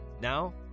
Now